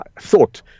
thought